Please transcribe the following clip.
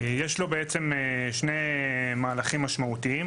יש לו שני מהלכים משמעותיים: